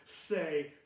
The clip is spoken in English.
say